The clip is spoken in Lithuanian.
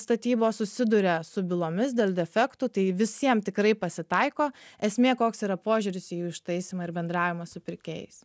statybos susiduria su bylomis dėl defektų tai visiem tikrai pasitaiko esmė koks yra požiūris į jų ištaisymą ir bendravimą su pirkėjais